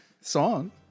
song